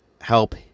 help